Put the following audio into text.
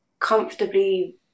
comfortably